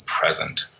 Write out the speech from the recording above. present